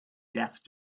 death